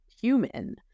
human